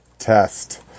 Test